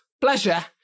pleasure